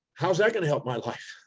how's that going to help my life